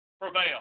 prevail